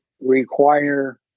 require